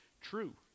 true